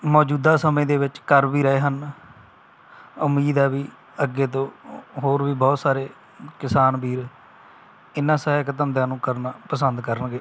ਮੌਜੂਦਾ ਸਮੇਂ ਦੇ ਵਿੱਚ ਕਰ ਵੀ ਰਹੇ ਹਨ ਉਮੀਦ ਹੈ ਵੀ ਅੱਗੇ ਤੋਂ ਹੋਰ ਵੀ ਬਹੁਤ ਸਾਰੇ ਕਿਸਾਨ ਵੀਰ ਇਹਨਾਂ ਸਹਾਇਕ ਧੰਦਿਆਂ ਨੂੰ ਕਰਨਾ ਪਸੰਦ ਕਰਨਗੇ